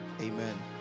Amen